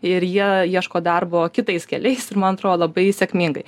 ir jie ieško darbo kitais keliais ir man atrodo labai sėkmingai